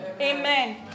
Amen